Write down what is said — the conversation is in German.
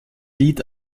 lied